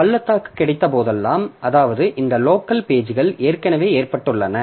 எனவே பள்ளத்தாக்கு கிடைத்த போதெல்லாம் அதாவது இந்த லோக்கல் பேஜ்கள் ஏற்கனவே ஏற்றப்பட்டுள்ளன